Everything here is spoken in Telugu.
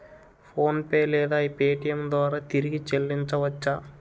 ఫోన్పే లేదా పేటీఏం ద్వారా తిరిగి చల్లించవచ్చ?